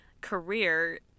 career